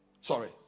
Sorry